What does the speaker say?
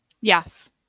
Yes